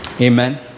Amen